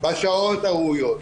בשעות הראויות,